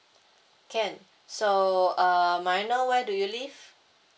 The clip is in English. can so uh may I know where do you live